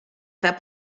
that